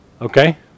Okay